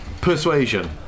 persuasion